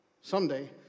Someday